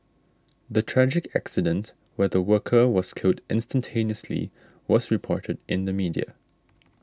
the tragic accident where the worker was killed instantaneously was reported in the media